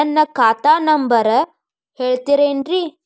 ನನ್ನ ಖಾತಾ ನಂಬರ್ ಹೇಳ್ತಿರೇನ್ರಿ?